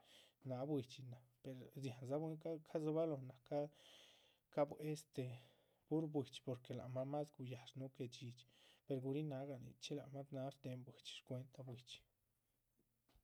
Náha buidxi náh per dzihándza bwín ca´dzobaloho cabuehe este, pur buidxi porque lac mah más guyáhash núhu que dhxídhxiper guríhin náhga nichxí lac mah náha shtéhen. buidxi shcuenta buidxi